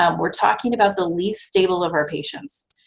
um we're talking about the least stable of our patients.